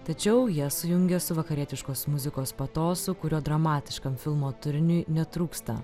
tačiau ją sujungia su vakarietiškos muzikos patosu kurio dramatiškam filmo turiniui netrūksta